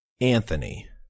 Anthony